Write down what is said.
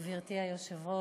גברתי היושבת-ראש,